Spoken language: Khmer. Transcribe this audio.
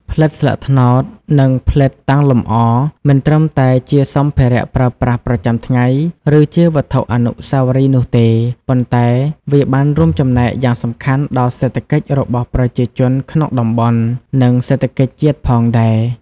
ផ្លិតស្លឹកត្នោត និងផ្លិតតាំងលម្អ មិនត្រឹមតែជាសម្ភារៈប្រើប្រាស់ប្រចាំថ្ងៃ ឬជាវត្ថុអនុស្សាវរីយ៍នោះទេ ប៉ុន្តែវាបានរួមចំណែកយ៉ាងសំខាន់ដល់សេដ្ឋកិច្ចរបស់ប្រជាជនក្នុងតំបន់ និងសេដ្ឋកិច្ចជាតិផងដែរ។